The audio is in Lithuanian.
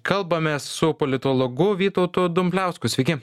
kalbamės su politologu vytautu dumbliausku sveiki